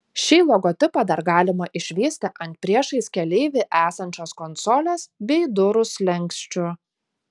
šį logotipą dar galima išvysti ant priešais keleivį esančios konsolės bei durų slenksčių